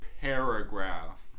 Paragraph